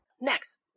Next